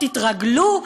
תתרגלו.